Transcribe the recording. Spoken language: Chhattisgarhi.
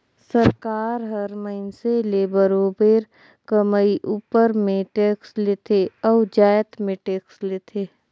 सरकार हर मइनसे ले बरोबेर कमई उपर में टेक्स लेथे अउ जाएत में टेक्स लेथे